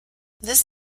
this